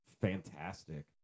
fantastic